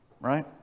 right